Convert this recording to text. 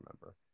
remember